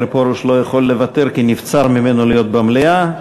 מאיר פרוש לא יכול לוותר כי נבצר ממנו להיות במליאה,